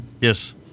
Yes